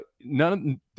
none